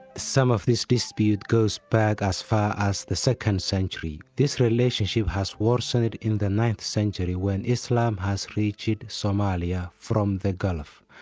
some of this dispute goes back as far as the second century. this relationship has worsened in the ninth century when islam has reached somalia from the gulf.